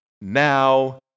now